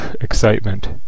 excitement